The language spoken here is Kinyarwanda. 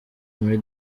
muri